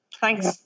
Thanks